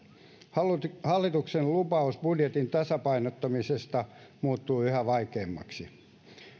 hallituksen lupaus budjetin tasapainottamisesta muuttuu yhä vaikeimmaksi